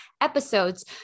episodes